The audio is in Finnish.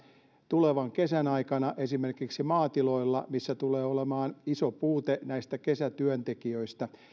tulevan kesän aikana esimerkiksi maatiloilla missä tulee olemaan iso puute näistä kesätyöntekijöistä